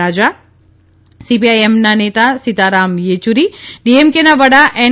રાજા સીપીઆઇએમના નેતા સીતારામ થેયૂરી ડીએમકેના વડા એન